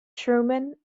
truman